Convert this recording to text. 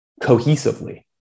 cohesively